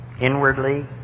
Inwardly